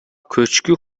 көчкү